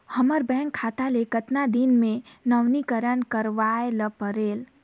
हमर बैंक खाता ले कतना दिन मे नवीनीकरण करवाय ला परेल?